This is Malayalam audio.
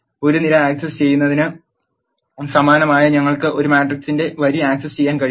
ഒരു നിര ആക് സസ് ചെയ്യുന്നതിന് സമാനമായി ഞങ്ങൾക്ക് ഒരു മാട്രിക്സിന്റെ വരി ആക് സസ് ചെയ്യാൻ കഴിയും